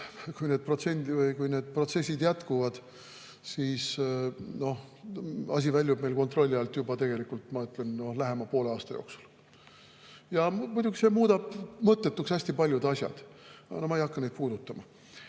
Kui need protsessid jätkuvad, siis asi väljub meil kontrolli alt juba tegelikult, ma ütlen, lähema poole aasta jooksul. Muidugi see muudab mõttetuks hästi paljud asjad, ma ei hakka neid puudutama.